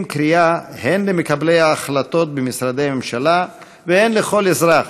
קריאה הן למקבלי ההחלטות במשרדי הממשלה והן לכל אזרח,